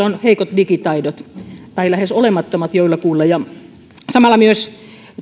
on heikot digitaidot tai joillakuilla lähes olemattomat ja samalla myös